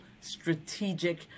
strategic